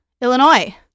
Illinois